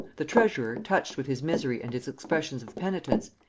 the treasurer, touched with his misery and his expressions of penitence,